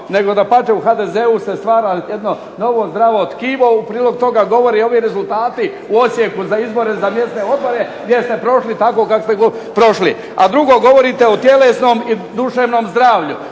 Nego dapače u HDZ-u se stvara jedno novo zdravo tkivo. U prilog tome govore rezultati u Osijeku za izbore za mjesne odbore gdje ste prošli tako kako ste prošli. A drugo govorite o tjelesnom i duševnom zdravlju.